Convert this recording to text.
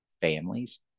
Families